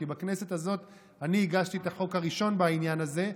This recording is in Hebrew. כי בכנסת הזאת אני הגשתי את החוק הראשון בעניין הזה,